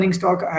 stock